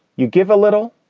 you give a little.